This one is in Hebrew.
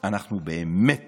אנחנו באמת